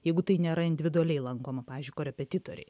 jeigu tai nėra individualiai lankoma pavyzdžiui korepetitoriai